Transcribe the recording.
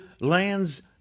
lands